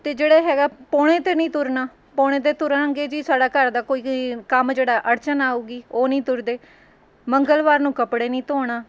ਅਤੇ ਜਿਹੜੇ ਹੈਗਾ ਪੌਣੇ 'ਤੇ ਨਹੀਂ ਤੁਰਨਾ ਪੌਣੇ 'ਤੇ ਤੁਰਾਂਗੇ ਜੀ ਸਾਡਾ ਘਰ ਦਾ ਕੋਈ ਕੰਮ ਜਿਹੜਾ ਅੜਚਨ ਆਉਗੀ ਉਹ ਨਹੀਂ ਤੁਰਦੇ ਮੰਗਲਵਾਰ ਨੂੰ ਕੱਪੜੇ ਨਹੀਂ ਧੋਣਾ